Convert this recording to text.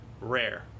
Rare